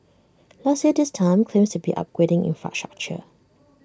last year this time claims to be upgrading infrastructure